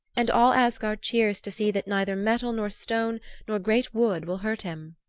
and all asgard cheers to see that neither metal nor stone nor great wood will hurt him.